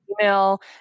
email